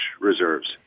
reserves